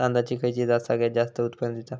तांदळाची खयची जात सगळयात जास्त उत्पन्न दिता?